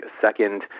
second